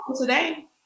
today